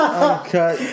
uncut